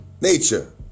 Nature